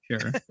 Sure